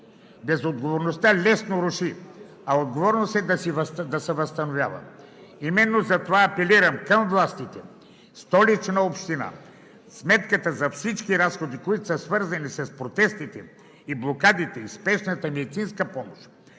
Безотговорността лесно руши, а отговорност е да се възстановява! Именно затова апелирам към властите, Столичната община – сметката за всички разходи, които са свързани с протестите, блокадите и спешната медицинска помощ,